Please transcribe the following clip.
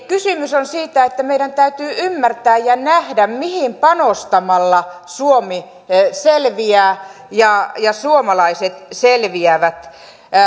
kysymys on siitä että meidän täytyy ymmärtää ja nähdä mihin panostamalla suomi selviää ja ja suomalaiset selviävät